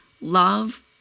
love